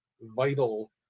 vital